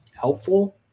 helpful